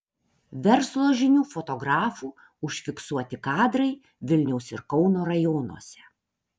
verslo žinių fotografų užfiksuoti kadrai vilniaus ir kauno rajonuose